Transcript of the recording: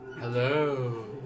Hello